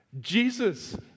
Jesus